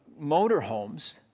motorhomes